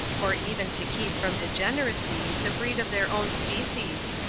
or even to keep from degeneracy the breed of their own species?